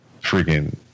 freaking